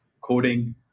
coding